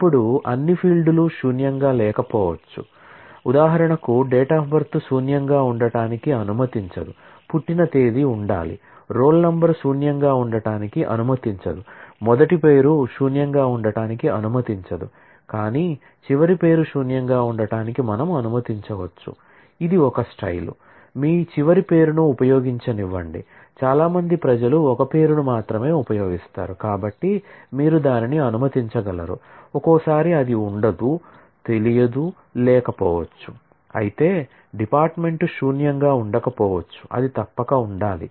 ఇప్పుడు అన్ని ఫీల్డ్లు శూన్యంగా ఉండకపోవచ్చు అది తప్పక ఉండాలి